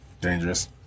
Dangerous